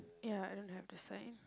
ya I don't have the sign